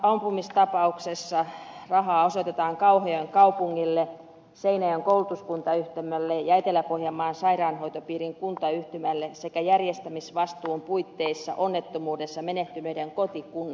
kauhajoen ampumistapauksessa rahaa osoitetaan kauhajoen kaupungille seinäjoen koulutuskuntayhtymälle ja etelä pohjanmaan sairaanhoitopiirin kuntayhtymälle sekä järjestämisvastuun puitteissa onnettomuudessa menehtyneiden kotikunnille